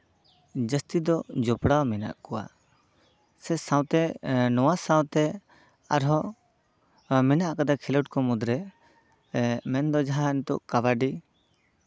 ᱡᱟᱹᱥᱛᱤ ᱫᱚ ᱡᱚᱯᱲᱟᱣ ᱢᱮᱱᱟᱜ ᱠᱚᱣᱟ ᱥᱮ ᱥᱟᱶᱛᱮ ᱱᱚᱣᱟ ᱥᱟᱶᱛᱮ ᱟᱨᱦᱚᱸ ᱢᱮᱱᱟᱜ ᱠᱟᱫᱟ ᱠᱷᱮᱞᱳᱰ ᱠᱚ ᱢᱩᱫᱽᱨᱮ ᱢᱮᱱᱫᱚ ᱱᱤᱛᱚᱜ ᱡᱟᱦᱟᱸ ᱠᱟᱵᱟᱰᱤ